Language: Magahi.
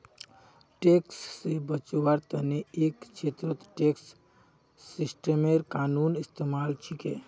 टैक्स से बचवार तने एक छेत्रत टैक्स सिस्टमेर कानूनी इस्तेमाल छिके